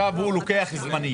אני רואה שהוא מודד את הזמנים.